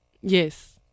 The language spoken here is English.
Yes